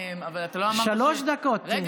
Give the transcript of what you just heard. שלוש דקות.